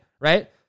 right